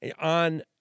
on